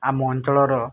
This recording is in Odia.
ଆମ ଅଞ୍ଚଳର